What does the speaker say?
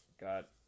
got